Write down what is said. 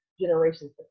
generations